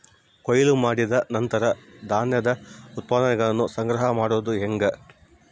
ಕೊಯ್ಲು ಮಾಡಿದ ನಂತರ ಧಾನ್ಯದ ಉತ್ಪನ್ನಗಳನ್ನ ಸಂಗ್ರಹ ಮಾಡೋದು ಹೆಂಗ?